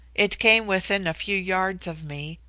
it came within a few yards of me,